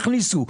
הכניסו.